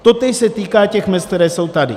Totéž se týká těch mezd, které jsou tady.